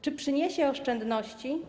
Czy przyniosą oszczędności?